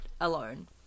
alone